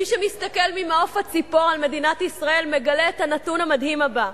מי שמסתכל ממעוף הציפור על מדינת ישראל מגלה את הנתון המדהים הבא: